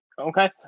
Okay